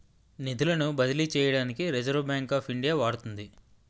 నిధులను బదిలీ చేయడానికి రిజర్వ్ బ్యాంక్ ఆఫ్ ఇండియా వాడుతుంది